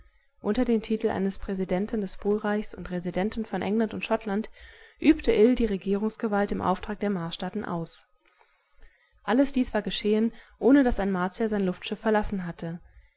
unter dem titel eines präsidenten des polreichs und residenten von england und schottland übte ill die regierungsgewalt im auftrag der marsstaaten aus alles dies war geschehen ohne daß ein martier sein luftschiff verlassen hatte